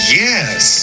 yes